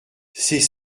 c’est